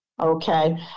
Okay